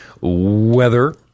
weather